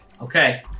Okay